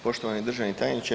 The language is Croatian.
Poštovani državni tajniče.